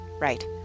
Right